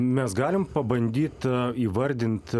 mes galim pabandyt e įvardint